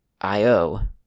IO